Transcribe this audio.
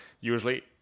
usually